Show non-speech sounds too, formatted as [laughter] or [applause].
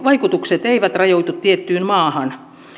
[unintelligible] vaikutukset eivät rajoitu tiettyyn maahan